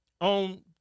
on